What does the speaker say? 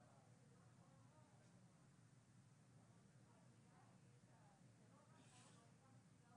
כבר עכשיו, אם כבר עוסקים בחקיקה